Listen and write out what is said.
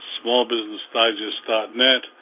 smallbusinessdigest.net